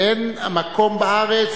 אין מקום בארץ.